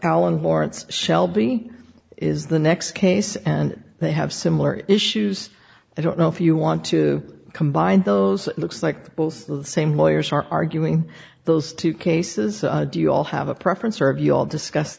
it's shelby is the next case and they have similar issues i don't know if you want to combine those looks like the same lawyers are arguing those two cases do you all have a preference or of you all discuss